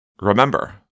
Remember